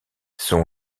son